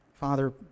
Father